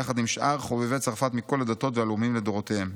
יחד עם שאר חובבי צרפת מכל הדתות והלאומים לדורותיהם?